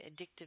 addictive